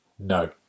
No